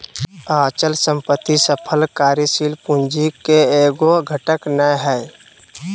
अचल संपत्ति सकल कार्यशील पूंजी के एगो घटक नै हइ